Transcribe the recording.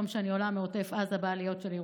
שאני עולה מעוטף עזה בעליות של ירושלים,